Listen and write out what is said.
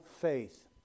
faith